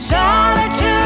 Solitude